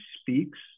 speaks